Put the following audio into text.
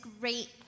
great